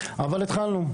אבל התחלנו.